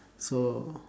so